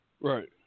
Right